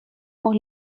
pour